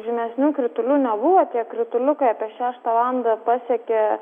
žymesnių kritulių nebuvo tiek kritulių kai apie šeštą valandą pasiekė